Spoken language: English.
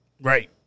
Right